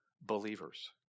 believers